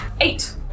Eight